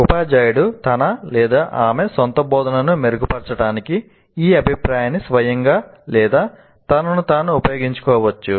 ఉపాధ్యాయుడు తన ఆమె సొంత బోధనను మెరుగుపరచడానికి ఈ అభిప్రాయాన్ని స్వయంగా లేదా తనను తాను ఉపయోగించుకోవచ్చు